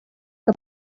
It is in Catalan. que